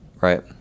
right